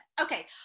Okay